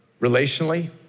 relationally